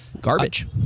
Garbage